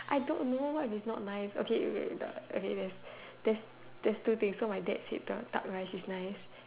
I don't know what if it is not nice okay wait the okay there's there's there's two things so my dad said the duck rice is nice